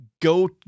go